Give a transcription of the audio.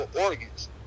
organs